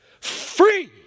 free